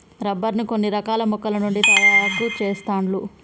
rubber ను కొన్ని రకాల మొక్కల నుండి తాయారు చెస్తాండ్లు